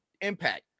Impact